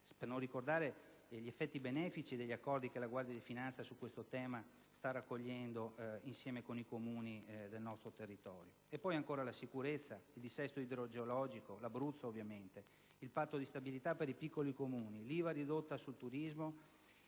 per non dimenticare gli effetti benefici degli accordi che la Guardia di finanza sta raccogliendo in tale ambito con i Comuni del nostro territorio. Poi, ancora, la sicurezza, il dissesto idrogeologico, l'Abruzzo, il patto di stabilità per i piccoli Comuni, l'IVA ridotta sul turismo,